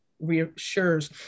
reassures